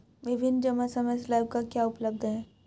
विभिन्न जमा समय स्लैब क्या उपलब्ध हैं?